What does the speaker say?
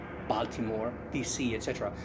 baltimore, dc, et cetera,